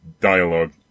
dialogue